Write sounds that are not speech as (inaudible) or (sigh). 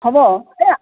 হ'ব (unintelligible)